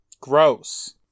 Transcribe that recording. Gross